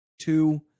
two